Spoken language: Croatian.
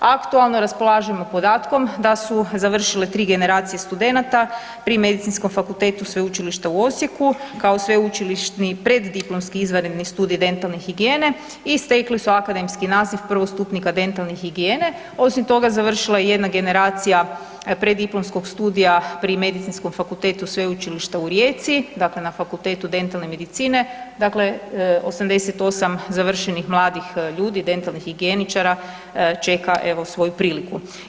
Aktualno raspolažemo podatkom da su završile tri generacije studenata pri Medicinskom fakultetu Sveučilišta u Osijeku kao Sveučilišni preddiplomski izvanredni Studij dentalne higijene i stekli su akademski naziv prvostupnika dentalne higijene, osim toga završila je i jedna generacija preddiplomskog studija pri Medicinskom fakultetu Sveučilišta u Rijeci, dakle na Fakultetu dentalne medicine 88 završenih mladih ljudi dentalnih higijeničara čeka evo svoju priliku.